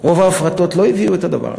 רוב ההפרטות לא הביאו את הדבר הזה.